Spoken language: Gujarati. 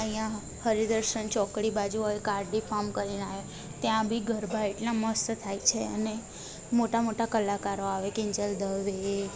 અહીં હરિદર્શન ચોકડી બાજુ એક આરડી ફાર્મ કરીને આવ્યું ત્યાં બી ગરબા એટલાં મસ્ત થાય છે અને મોટા મોટા કલાકારો આવે કિંજલ દવે